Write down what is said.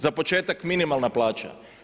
Za početak minimalna plaća.